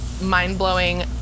mind-blowing